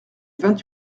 vingt